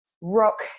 rock